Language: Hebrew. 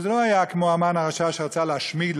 שזה לא היה כמו המן הרשע שרצה להשמיד,